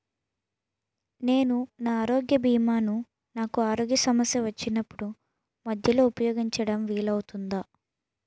నేను నా ఆరోగ్య భీమా ను నాకు ఆరోగ్య సమస్య వచ్చినప్పుడు మధ్యలో ఉపయోగించడం వీలు అవుతుందా?